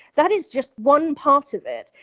that is just one part of it.